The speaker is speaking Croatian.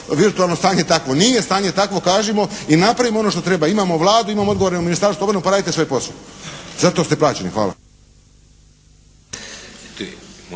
virtualno stanje takvo. Nije stanje takvo kažimo, i napravimo ono što treba. Imamo Vladu, imamo odgovorne u Ministarstvu obrane pa radite svoj posao. Za to ste plaćeni. Hvala.